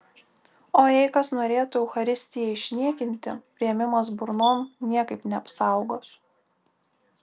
o jei kas norėtų eucharistiją išniekinti priėmimas burnon niekaip neapsaugos